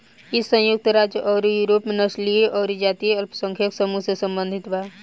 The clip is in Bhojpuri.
इ संयुक्त राज्य अउरी यूरोप में नस्लीय अउरी जातीय अल्पसंख्यक समूह से सम्बंधित बा